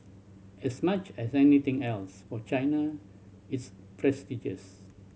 as much as anything else for China it's prestigious